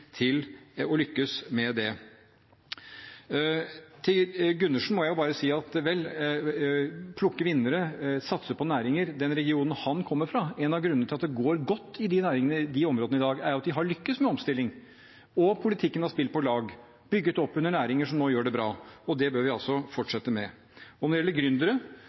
til å lykkes med det. Til Gundersen må jeg bare si om å plukke vinnere, satse på næringer og den regionen han kommer fra: En av grunnene til at det går godt i de områdene i dag, er at de har lyktes med omstilling, og politikken har spilt på lag, bygget opp under næringer som nå gjør det bra, og det bør vi fortsette med. Når det gjelder